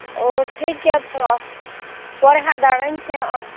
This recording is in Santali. ᱳ ᱴᱷᱤᱠᱜᱮᱭᱟ ᱛᱚ ᱯᱚᱨᱮ ᱦᱟᱸᱜ ᱫᱟᱬᱟᱱᱤᱧ ᱥᱮᱱᱚᱜᱼᱟ